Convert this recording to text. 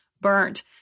burnt